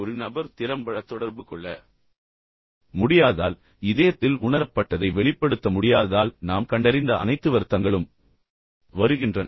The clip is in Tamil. ஒரு நபர் திறம்பட தொடர்பு கொள்ள முடியாததால் இதயத்தில் உணரப்பட்டதை வெளிப்படுத்த முடியாததால் நாம் கண்டறிந்த அனைத்து வருத்தங்களும் வருகின்றன